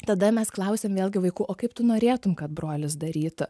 tada mes klausiam vėlgi vaikų o kaip tu norėtum kad brolis darytų